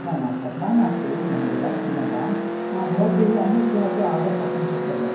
न न तथा नास्ति महोदयः क्षम्यतां भवद्भिः अन्यत्किमपि ओर्डर् कर्तुं शक्यते